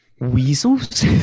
weasels